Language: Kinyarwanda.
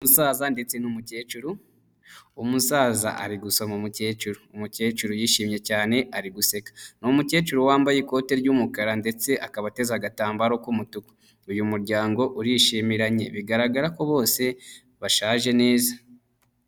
Umusaza ndetse n'umukecuru umusaza ari gusoma umukecuru umukecuru yishimye cyane ari guseka ni umukecuru wambaye ikote ry'umukara ndetse akaba ateze agatambaro k'umutuku uyu muryango urishimiranye bigaragara ko bose bashaje neza.